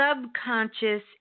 subconscious